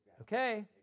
Okay